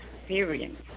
experience